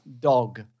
Dog